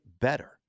better